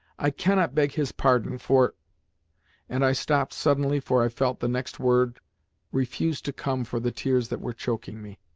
i cannot beg his pardon for and i stopped suddenly, for i felt the next word refuse to come for the tears that were choking me.